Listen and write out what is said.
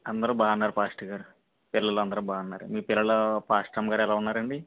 అందరు బాగున్నారు పాస్టర్ గారు పిల్లలు అందరు బాగున్నారా మీ పిల్లలు పాస్టర్ అమ్మ గారు ఎలా ఉన్నారండి